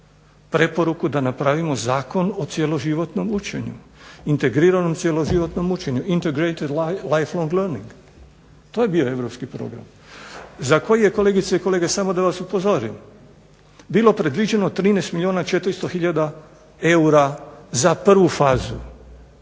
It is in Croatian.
preporuku da napravimo zakon o cjeloživotnom učenju integriranom cjeloživotnom učenju "Integration lifelong learning" to je bio europski program, za koji je kolegice i kolege da vas upozorim bilo predviđeno 13 milijuna 400 tisuća eura za prvu fazu.